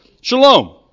shalom